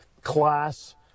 class